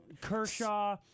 Kershaw